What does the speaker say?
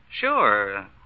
Sure